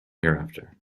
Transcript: hereafter